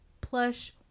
plush